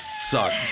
sucked